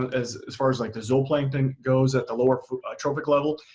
and as as far as like the zooplankton goes at the lower trophic level.